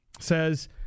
says